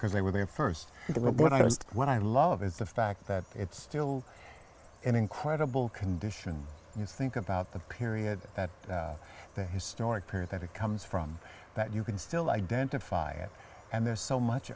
because they were there st the real the rest what i love is the fact that it's still an incredible condition you think about that period that the historic period that it comes from that you can still identify it and there's so much